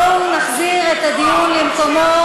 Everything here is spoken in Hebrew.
בואו נחזיר את הדיון למקומו,